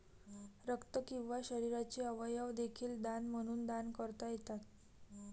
रक्त किंवा शरीराचे अवयव देखील दान म्हणून दान करता येतात